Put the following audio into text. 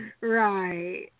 Right